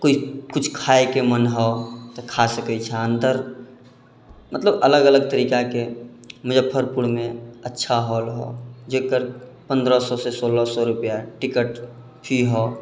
कोइ कुछ खाइके मन हऽ तऽ खा सकैत छह अन्दर मतलब अलग अलग तरीकाके मुजफ्फरपुरमे अच्छा हॉल हऽ जकर पन्द्रह सएसँ सोलह सए रुपैआ टिकट फी हऽ